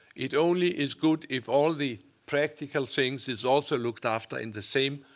it only is good if all the practical things is also looked after in the same.